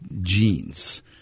genes